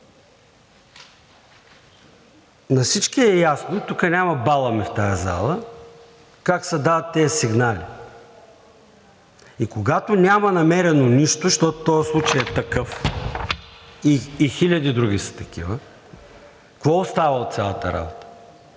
На всички е ясно, няма балами в тази зала, как се дават тези сигнали. И когато няма намерено нищо, защото този случай е такъв и хиляди други са такива, какво остава от цялата работа?